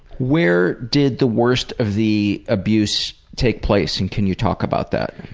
where did the worst of the abuse take place and can you talk about that?